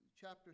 chapter